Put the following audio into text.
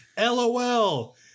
LOL